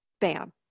bam